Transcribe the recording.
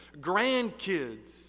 grandkids